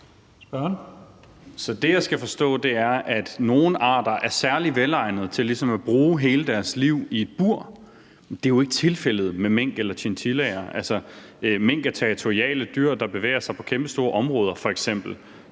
Så det, jeg skal forstå, er, at nogle arter er særlig velegnede til ligesom at bruge hele deres liv i et bur. Men det er jo ikke tilfældet med mink eller chinchillaer. Mink er territoriale dyr, der bevæger sig på kæmpestore områder f.eks.